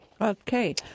Okay